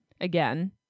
again